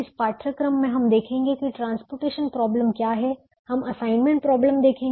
इस पाठ्यक्रम में हम देखेंगे कि ट्रांसपोर्टेशन प्रॉब्लम क्या है और हम असाइनमेंट प्रॉब्लम देखेंगे